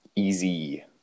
Easy